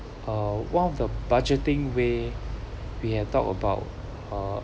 uh one of the budgeting way we have talked about uh